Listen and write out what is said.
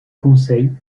conseil